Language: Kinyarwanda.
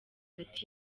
hagati